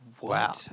Wow